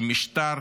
עם משטר